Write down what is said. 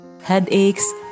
headaches